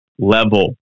level